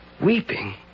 weeping